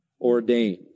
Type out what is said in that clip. ordained